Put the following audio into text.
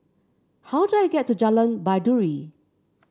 how do I get to Jalan Baiduri